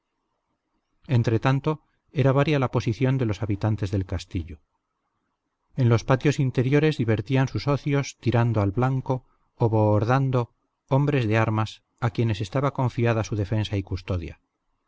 intento entretanto era varia la posición de los habitantes del castillo en los patios interiores divertían sus ocios tirando al blanco o bohordando hombres de armas a quienes estaba confiada su defensa y custodia